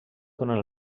durant